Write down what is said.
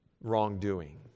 wrongdoing